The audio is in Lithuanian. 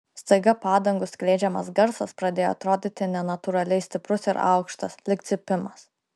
staiga padangų skleidžiamas garsas pradėjo atrodyti nenatūraliai stiprus ir aukštas lyg cypimas